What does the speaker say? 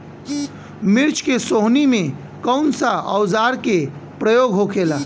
मिर्च के सोहनी में कौन सा औजार के प्रयोग होखेला?